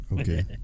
Okay